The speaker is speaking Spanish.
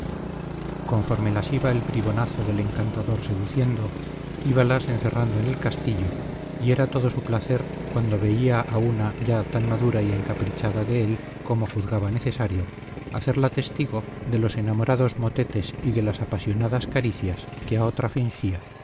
conforme las iba el bribonazo del encantador seduciendo íbalas encerrando en el castillo y era todo su placer cuando veía a una ya tan madura y encaprichada de él como juzgaba necesario hacerla testigo de los enamorados motetes y de las apasionadas caricias que a otra fingía